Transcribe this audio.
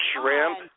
shrimp